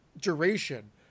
duration